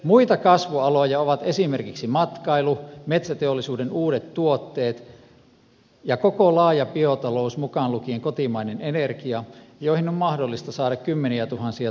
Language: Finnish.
muita kasvualoja ovat esimerkiksi matkailu metsäteollisuuden uudet tuotteet ja koko laaja biotalous mukaan lukien kotimainen energia joihin on mahdollista saada kymmeniätuhansia työpaikkoja